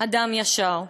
אדם ישר,